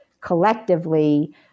collectively